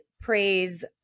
praise